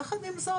יחד עם זאת,